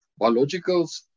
Biologicals